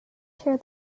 tear